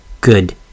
Good